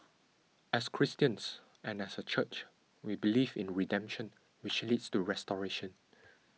as Christians and as a church we believe in redemption which leads to restoration